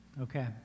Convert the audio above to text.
Okay